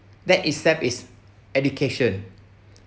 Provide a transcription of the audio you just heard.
that itself is education